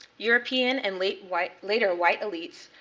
european, and later white later white elites,